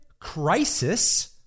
crisis